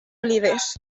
olives